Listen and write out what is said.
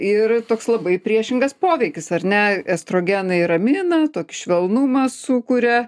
ir toks labai priešingas poveikis ar ne estrogenai ramina tokį švelnumą sukuria